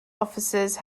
officers